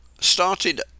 started